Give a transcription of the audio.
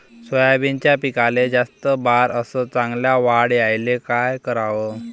सोयाबीनच्या पिकाले जास्त बार अस चांगल्या वाढ यायले का कराव?